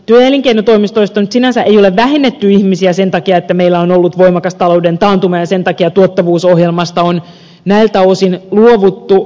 työ ja elinkeinotoimistoista nyt sinänsä ei ole vähennetty ihmisiä sen takia että meillä on ollut voimakas talouden taantuma ja sen takia tuottavuusohjelmasta on näiltä osin luovuttu